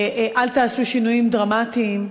אל תעשו שינויים דרמטיים.